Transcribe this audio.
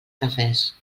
cafès